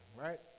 right